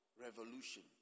revolution